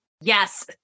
Yes